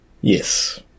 Yes